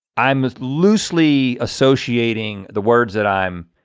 i'm loosely associating the words that i'm